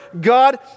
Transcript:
God